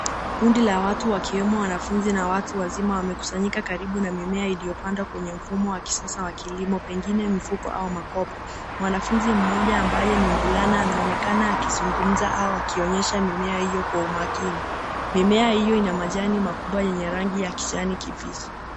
Kundi la watu wakiwemo wanafunzi na watu wazima wanaonekana wamekusanyika karibu na mimea iliyopandwa kwenye mfumo wa kisasa wa kilimo pengine mfuko au makopo. Mwanafunzi mmoja ambaye ni mvulana anaonekana akizungumza au kuonyesha mimea hiyo kwa umaakini . Mimea hiyo ina majani makubwa yenye rangi ya kijani kibichi.